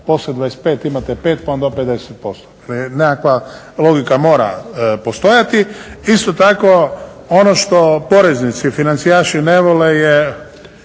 poslije 25 imate 5 pa onda opet 10%. Nekakva logika mora postojati. Isto tako ono što poreznici, financijaši ne vole je